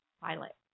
Pilot